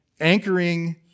anchoring